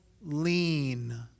lean